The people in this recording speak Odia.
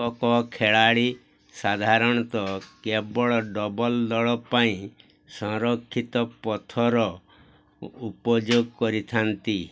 ଏକକ ଖେଳାଳି ସାଧାରଣତଃ କେବଳ ଡବଲ୍ସ୍ ଦଳ ପାଇଁ ସଂରକ୍ଷିତ ପଥର ଉପଯୋଗ କରିଥାନ୍ତି